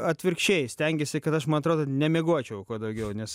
atvirkščiai stengėsi kad aš man atrodo nemiegočiau kuo daugiau nes